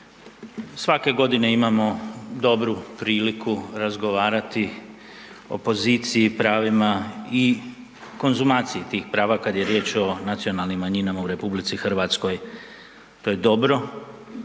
Svake godine imamo dobru priliku razgovarati o poziciji, pravima i konzumaciji tih prava kad je riječ o nacionalnim manjinama u RH, to je dobro,